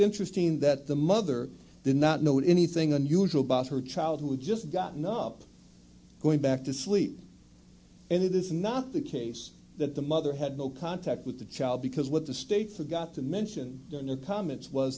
interesting that the mother did not know anything unusual about her child who had just gotten up going back to sleep and it is not the case that the mother had no contact with the child because what the state forgot to mention in the comments was